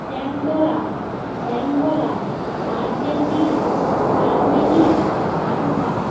Pandora Angola Argentina Armenia Aruba